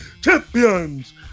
champions